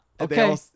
Okay